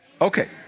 Okay